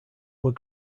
were